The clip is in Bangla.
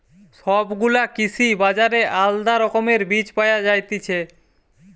সব গুলা কৃষি বাজারে আলদা রকমের বীজ পায়া যায়তিছে